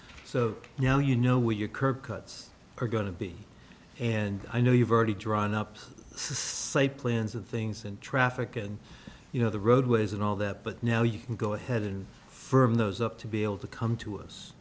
know you know what you curb cuts are going to be and i know you've already drawn up say plans and things and traffic and you know the roadways and all that but now you can go ahead and firm those up to be able to come to us